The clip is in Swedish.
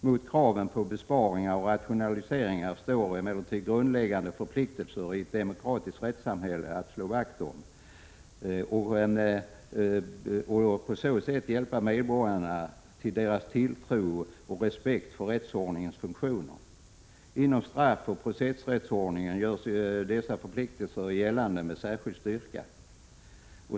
Mot kraven på besparingar och rationaliseringar står emellertid grundläggande förpliktelser i ett demokratiskt rättssamhälle att slå vakt om de fundament som bär upp medborgarnas tilltro och respekt för rättsordningens funktioner. Inom straffoch processrättsordningen gör sig dessa förpliktelser gällande med särskild styrka.